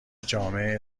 جامع